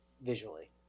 visually